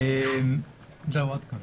עד כאן.